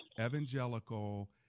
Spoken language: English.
evangelical